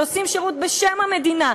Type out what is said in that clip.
שעושים שירות בשם המדינה,